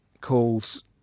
calls